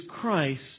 Christ